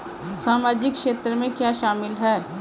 सामाजिक क्षेत्र में क्या शामिल है?